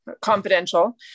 confidential